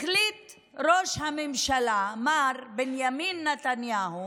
החליט ראש הממשלה מר בנימין נתניהו